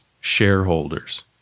shareholders